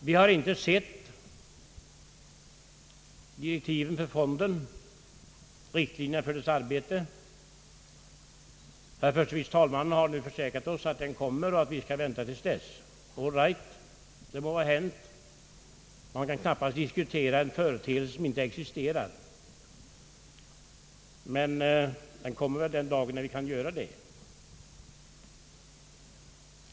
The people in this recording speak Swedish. Vi har inte sett riktlinjerna för fondens arbete, men herr förste vice talmannen har försäkrat oss att de kommer och att vi bör vänta till dess. Allright, det må vara hänt, ty man kan knappast diskutera en företeelse som inte existerar.